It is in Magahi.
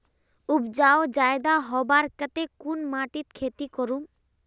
उपजाऊ ज्यादा होबार केते कुन माटित खेती करूम?